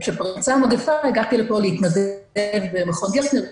כשפרצה המגיפה, הגעתי לפה להתנדב במכון "גרטנר"